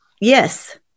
Yes